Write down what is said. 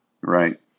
Right